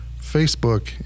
Facebook